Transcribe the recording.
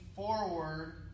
Forward